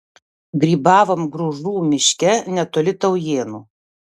grybavom gružų miške netoli taujėnų